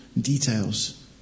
details